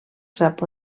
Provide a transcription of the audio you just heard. sap